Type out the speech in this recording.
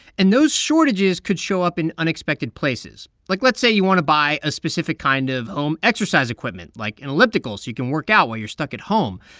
and those shortages could show up in unexpected places. like, let's say you want to buy a specific kind of home exercise equipment, like an elliptical, so you can work out while you're stuck at home.